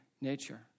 nature